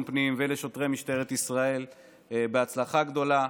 הפנים ולשוטרי משטרת ישראל הצלחה גדולה.